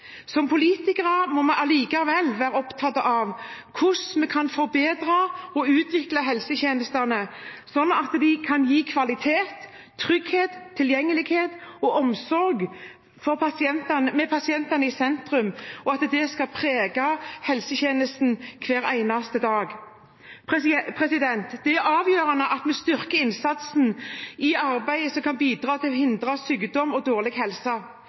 Som politikere må vi allikevel være opptatt av hvordan vi kan forbedre og utvikle helsetjenestene slik at de kan gi kvalitet, trygghet, tilgjengelighet og omsorg med pasienten i sentrum, og at det preger helsetjenestene hver eneste dag. Det er avgjørende at vi styrker innsatsen i arbeidet som kan bidra til å hindre sykdom og dårlig helse.